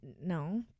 No